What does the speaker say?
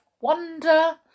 wonder